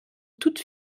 toute